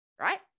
right